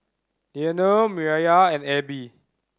Leaner Mireya and Ebbie